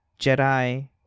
Jedi